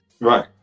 right